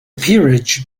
peerage